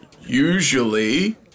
usually